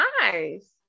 nice